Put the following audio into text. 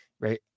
right